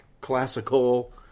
classical